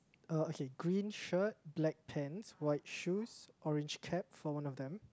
uh okay green shirt black pants white shoes orange cap for one of them